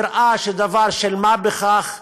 נראה דבר של מה בכך,